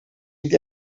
niet